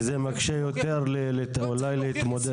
כי זה מקשה יותר אולי להתמודד.